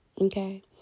Okay